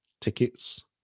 tickets